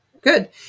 Good